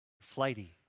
flighty